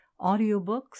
audiobooks